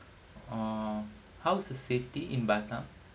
uh how's the safety in batam